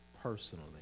personally